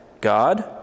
God